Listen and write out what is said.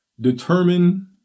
determine